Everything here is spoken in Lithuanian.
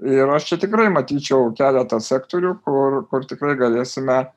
ir aš čia tikrai matyčiau keletą sektorių kur kur tikrai galėsime